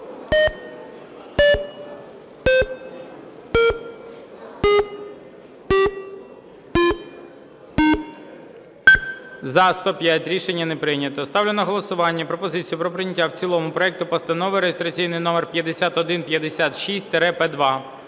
За-105 Рішення не прийнято. Ставлю на голосування пропозицію про прийняття в цілому проекту Постанови реєстраційний номер 5156-П2.